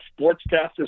Sportscasters